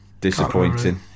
Disappointing